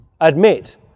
admit